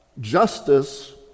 justice